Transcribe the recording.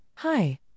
Hi